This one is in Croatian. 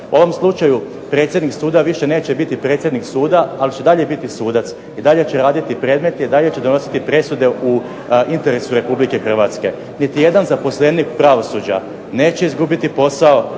U ovom slučaju predsjednik suda više neće biti predsjednik suda, ali će i dalje biti sudac. I dalje će raditi predmete, i dalje će donositi presude u interesu RH. Niti jedan zaposlenik pravosuđa neće izgubiti posao,